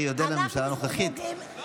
והממשלה הזו נתנה לו.